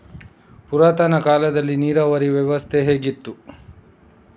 ಪುರಾತನ ಕಾಲದಲ್ಲಿ ನೀರಾವರಿ ವ್ಯವಸ್ಥೆ ಹೇಗಿತ್ತು?